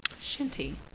Shinty